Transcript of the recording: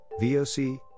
VOC